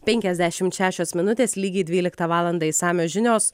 penkiasdešimt šešios minutės lygiai dvyliktą valandą išsamios žinios